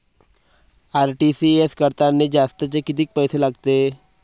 RTGS करतांनी जास्तचे कितीक पैसे लागते?